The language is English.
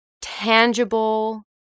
tangible